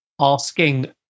asking